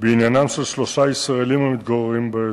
את חיי התושבים.